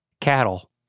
cattle